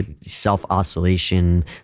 self-oscillation